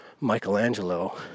Michelangelo